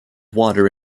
water